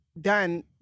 done